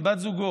עם בת זוגו,